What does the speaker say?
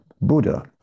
Buddha